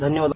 धन्यवाद